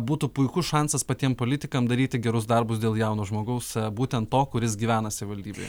būtų puikus šansas patiem politikam daryti gerus darbus dėl jauno žmogaus būtent to kuris gyvena savivaldybėje